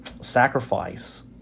sacrifice